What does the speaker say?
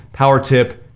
power tip,